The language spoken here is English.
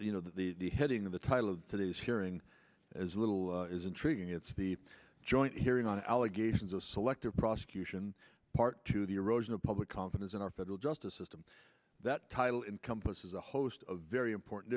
you know the heading the title of today's hearing as little is intriguing it's the joint hearing on allegations of selective prosecution part to the erosion of public confidence in our federal justice system that title encompasses a host of very important